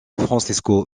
francesco